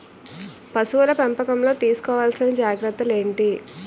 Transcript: పశువుల పెంపకంలో తీసుకోవల్సిన జాగ్రత్తలు ఏంటి?